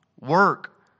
work